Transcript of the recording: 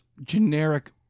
generic